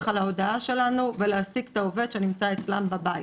על ההודעה שלנו ולהעסיק את העובד שנמצא אצלם בבית,